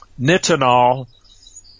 nitinol